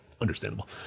understandable